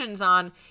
on